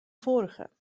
vorige